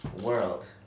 world